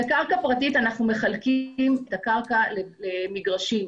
בקרקע פרטית אנחנו מחלקים את הקרקע למגרשים.